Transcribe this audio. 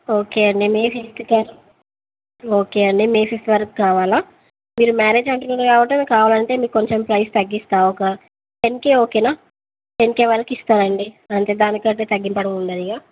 okay అండి May fifth వరకు okay అండి మే ఫిఫ్త్ వరకు కావాలా మీరు మ్యారేజ్ అంటున్నారు కాబట్టి మేము కావాలంటే మీకు కొంచెం ప్రైస్ తగ్గిస్తాను ఒక టెన్ కే ఓకేనా టెన్ కే వరకు ఇస్తానండి అంతే దాని కంటే తగ్గింపు ఉండదిగా